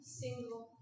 single